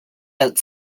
out